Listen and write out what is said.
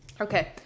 okay